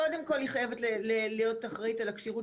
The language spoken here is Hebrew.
קודם כל היא חייבת להיות אחראית על הכשירות